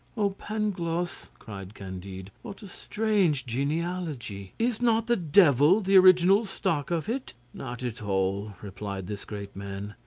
oh, pangloss! cried candide, what a strange genealogy! is not the devil the original stock of it? not at all, replied this great man,